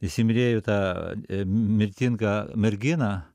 įsimylėjo tą mirtingą merginą